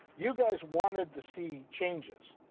you guys wanted to see changes.